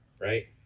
right